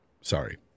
Sorry